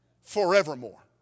forevermore